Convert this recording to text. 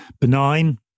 benign